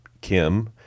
Kim